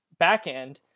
backend